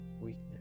Weakness